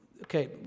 Okay